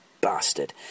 bastard